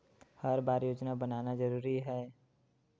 हर बार योजना बनाना जरूरी है?